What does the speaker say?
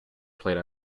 played